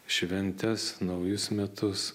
šventes naujus metus